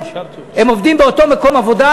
הם עובדים באותו מקום עבודה,